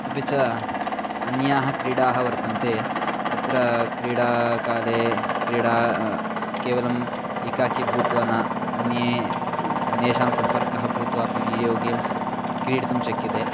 अपि च अन्याः क्रीडाः वर्तन्ते तत्र क्रीडाकाले क्रीडा केवलम् एकाकी भूत्वा न अन्ये अन्येषां सम्पर्कः भूत्वा अपि वीडियो गेम्स् क्रीडितुं शक्यते